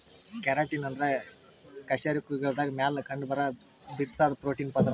keratin ಅಂದ್ರ ಕಶೇರುಕಗಳ್ದಾಗ ಮ್ಯಾಲ್ ಕಂಡಬರಾ ಬಿರ್ಸಾದ್ ಪ್ರೋಟೀನ್ ಪದರ್